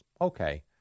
Okay